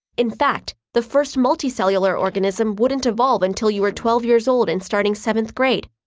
in fact, the first multicellular organism wouldn't evolve until you were twelve years old and starting seventh grade,